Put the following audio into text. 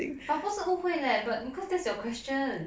but 不是误会 leh but because that's your question